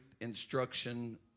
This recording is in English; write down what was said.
instruction